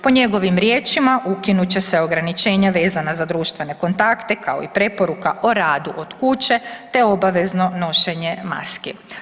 Po njegovim riječima, ukinut će se ograničenja vezana za društvene kontakte kao i preporuka o radu od kuće te obavezno nošenje maski.